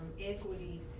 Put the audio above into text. equity